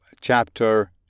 chapter